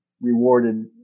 rewarded